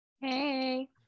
Hey